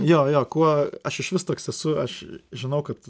jo jo kuo aš išvis toks esu aš žinau kad